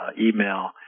email